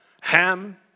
Ham